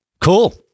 Cool